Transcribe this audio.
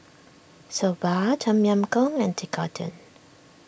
Soba Tom Yam Goong and Tekkadon